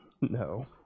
no